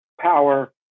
power